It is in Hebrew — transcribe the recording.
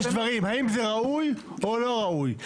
יש דברים האם זה ראוי או לא ראוי.